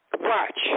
Watch